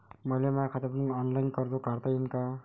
मले माया खात्यातून ऑनलाईन कर्ज काढता येईन का?